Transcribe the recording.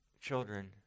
children